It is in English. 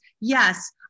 Yes